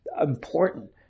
important